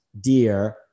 dear